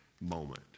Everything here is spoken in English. moment